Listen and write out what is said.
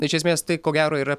iš esmės tai ko gero yra